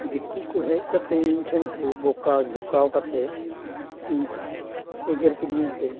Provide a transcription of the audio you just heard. ᱫᱤᱠᱩ ᱠᱚ ᱦᱮᱡ ᱠᱟᱛᱮ ᱤᱧ ᱴᱷᱮᱱ ᱠᱚ ᱵᱚᱠᱟᱣ ᱡᱷᱚᱠᱟᱣ ᱠᱟᱛᱮ ᱤᱧᱠᱚ ᱮᱜᱮᱨ ᱠᱤᱫᱤᱧᱟ ᱥᱮ